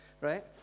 right